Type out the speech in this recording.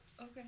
Okay